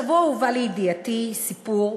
השבוע הובא לידיעתי סיפור,